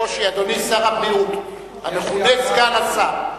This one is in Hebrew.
יש לי קושי, אדוני שר הבריאות המכונה סגן השר.